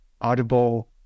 Audible